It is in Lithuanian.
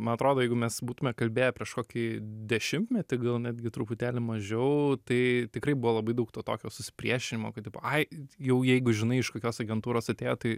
man atrodo jeigu mes būtume kalbėję prieš kokį dešimtmetį gal netgi truputėlį mažiau tai tikrai buvo labai daug to tokio susipriešinimo kad tipo ai jau jeigu žinai iš kokios agentūros atėjo tai